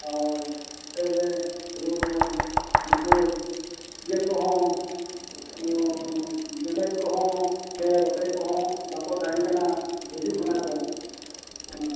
ᱦᱳᱭ ᱟᱯᱮᱜᱮ ᱦᱩᱲᱩ ᱠᱚ ᱱᱩᱠᱩ ᱤᱭᱟᱹ ᱠᱚᱦᱚᱸ ᱚ ᱞᱮᱸᱰᱮᱫ ᱠᱚᱦᱚᱸ ᱥᱮ ᱨᱚᱴᱮ ᱠᱚᱦᱚᱸ ᱵᱟᱠᱚ ᱛᱟᱦᱮᱱ ᱠᱟᱱᱟ ᱜᱩᱡᱩᱜ ᱠᱟᱱᱟ ᱠᱚ ᱚᱱᱟ ᱠᱚ